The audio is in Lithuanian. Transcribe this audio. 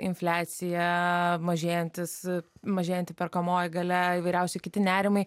infliacija mažėjantis mažėjanti perkamoji galia įvairiausi kiti nerimai